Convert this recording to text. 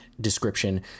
description